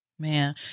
Man